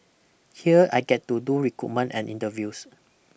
here I get to do recruitment and interviews